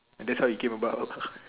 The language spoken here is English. that's how it came about